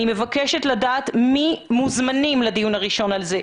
אני מבקשת לדעת מי המוזמנים לדיון הראשון הזה.